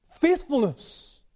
Faithfulness